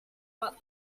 but